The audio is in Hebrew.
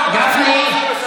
גפני,